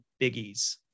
biggies